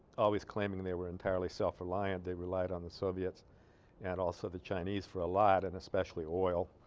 always claiming they were entirely self reliant they relied on the soviets and also the chinese for a lot and especially oil